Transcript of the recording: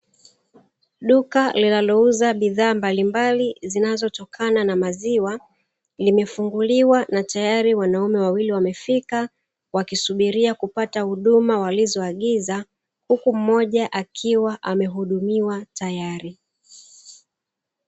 Duka linalouza bidhaa mbalimbali zinazotokana na maziwa limefunguliwa na tayari wanaume wawili wamefika wakisubiria kupata huduma walizoagiza, huku mmoja akiwa amehudumiwa tayari.